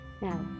Now